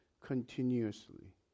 continuously